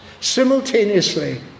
Simultaneously